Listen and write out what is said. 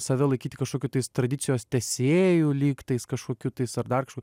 save laikyti kažkokiu tais tradicijos tęsėju lyg tais kažkokiu tais ar dar kažkuo